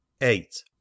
eight